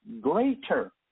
greater